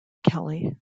kelly